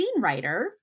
screenwriter